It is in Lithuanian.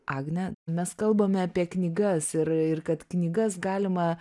agne mes kalbame apie knygas ir ir kad knygas galima